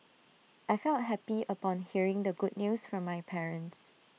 I felt happy upon hearing the good news from my parents